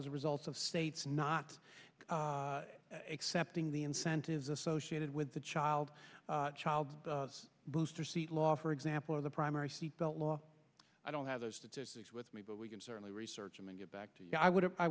as a result of states not accepting the incentives associated with the child child booster seat law for example or the primary seat belt law i don't have those statistics with me but we can certainly research and get back to you i would